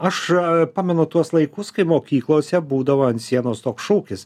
aš pamenu tuos laikus kai mokyklose būdavo ant sienos toks šūkis